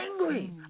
angry